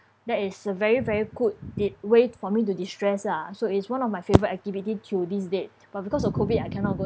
that is a very very good de~ way for me to de-stress lah so it's one of my favorite activity to this date but because of COVID I cannot go